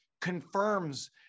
confirms